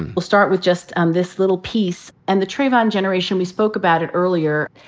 and we'll start with just um this little piece. and the trayvon generation, we spoke about it earlier,